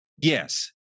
Yes